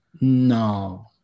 no